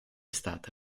stata